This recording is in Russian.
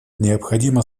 необходимо